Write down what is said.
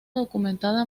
documentada